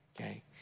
Okay